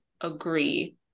agree